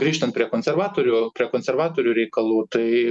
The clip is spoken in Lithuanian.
grįžtant prie konservatorių prie konservatorių reikalų tai